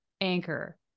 anchor